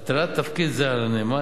הטלת תפקיד זה על הנאמן,